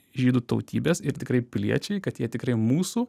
žydų tautybės ir tikrai piliečiai kad jie tikrai mūsų